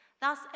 Thus